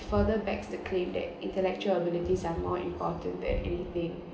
further bags the claim that intellectual abilities are more important than anything